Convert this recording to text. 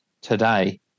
today